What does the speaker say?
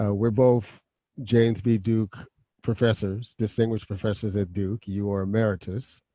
ah we're both james b. duke professors, distinguished professors at duke, you are emeritus.